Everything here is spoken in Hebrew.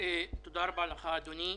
תודה רבה לך, אדוני.